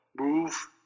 move